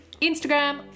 Instagram